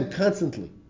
constantly